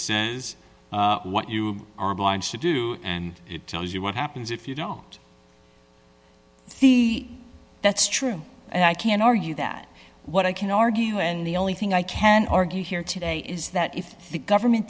is what you are blind to do and it tells you what happens if you know the that's true and i can argue that what i can argue and the only thing i can argue here today is that if the government